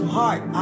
heart